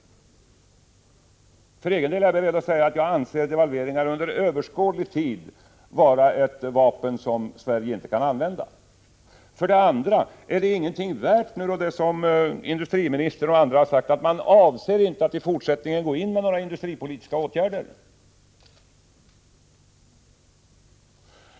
För egen del är jag beredd att säga att jag anser devalveringar under överskådlig tid vara ett vapen som Sverige inte kan använda. För det andra: Är det inget värt som industriministern och andra har sagt, att man inte avser att i fortsättningen gå in med industripolitiska åtgärder?